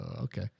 okay